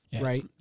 right